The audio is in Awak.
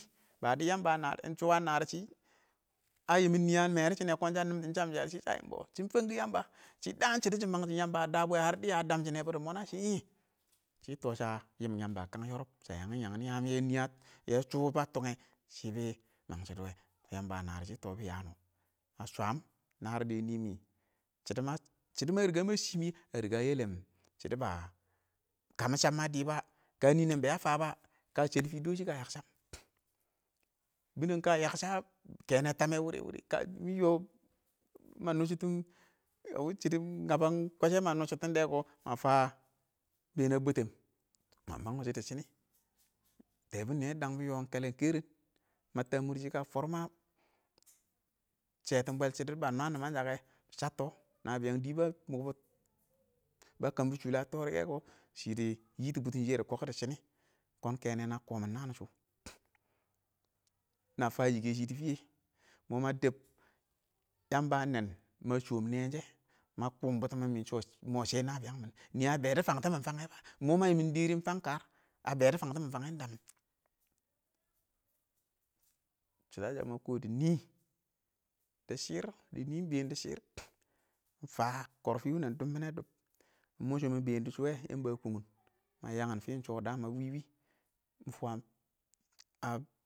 Bə dɪ yəmbə ə nər ɪng shɔ ə nərɪ shɪ əyɪmɪn nɪ ə mɛrɪ shɪnɛ kɔn shə shə nɪm shɪm chəm shɪrə shɪn shɔ shə yɪmbɔ shɪn fənkwɪ yəmbə, shɪ dəən shɪdɔ shɪ məng shɪm yəmbə ə dəbɔ wɛ ər dɪyə ə shɪnɛ bʊ dɪ mɔɔn ə shɪ, shɪɪ tɔ shə yɪm ɪng yəmbə kənnɪn yɔrɔb, shə nyəmɪn -nyəmɪn nɪɪ ə bə nɪɪ ə yɛ shɔ bə tɔngɛ, shɪ bɪ məng shɪdɔ wɛ, yəmbə ə nərɪ shɪ, shɪ ɪng tɔ nɪ nyəng, ə shwəm nərɪ dɪ nɪ mʊ, shɪdo mə shɪdɔ mə rɪgə mə shɪm wɛ a yɛlɛm shɪdɔ bə, kə mɪ chəm mə dɪbə, kə nɪnɛn bɛ ə fəbə, kə shɛlfɪ ɪng dɔshɪ kɔ ə myənkshəm bɪnɛng kə yəng shə, kɛnɛ təmmɛ wɪrɪ-wɪrɪ kə mɪ yɔ, mə nʊsshʊngtʊn, ə wɪshɪdʉn ngəbən kwəshɛ mə nʊttʊshʊng kɔ mə fə ɪng bɛn ə bwɛtɛn, mə məng təshɔ dɪ shɪnɪ, tɛɛbʊn nɪyɛ dəng bɪ yɔ kɛlɛn kɛre, məttə ə mʊr shɪ kən fɔrmə shɛtɪn bwəl shɪdo bə nwə nɪməngshə kɛ, shəttɔ, nəbɪyəng dɪ bə mʊkbɔ, ba kəm bʊ shʊlɪ ə tɔrɛ yɛ kɔ shɪ dɪ yɪtʊ bʊtʊn, shɪyɛ dɪ kɔkkə dɪ shɪnɪ, kɔɔn ɪng kɛnɛ nə kɔɔmɪn ɪng nəə shʊ kɔ nə fə yɪkɛshɪ dɪ fɪyɛ? ɪng mɔ mə dɛb, yəmbə ə nɛɛn mə shɔɔ ɪng nɛnshɛ mə kʊn bʊtʊ mɪn mɪ mʊ shɛ nə bɪyəngmɪn nɪ ə bɛ dɪ fəngtɪmɪn fəng, ɪng mə yɪmɪn dɛrɛ ɪng fəng kər, bɛ dɪ fəng tɪmɪn fəng shɪdo ə shə mɪ kɔɔ nɪ, dɪ shɪrr dɪ nɪn ɪng bɛɛn dɪ shɪrr mɪ fə kɔrfɪ wɪnɛn dʊmminɛ-dʊm ɪng mɔ shə ɪng mɪn bɛɛn dɪ shɔ wɛ mə fəng yəmbə ə kʊngyɪn mə yangi fɪn sho dəmə wɪwɪ mɪ fwən.